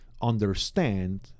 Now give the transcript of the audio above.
understand